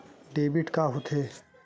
Debit का होथे?